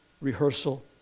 rehearsal